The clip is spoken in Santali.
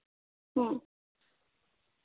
ᱦᱮᱸ